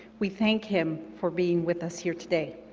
we thank him for being with us here today.